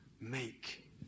make